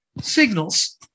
signals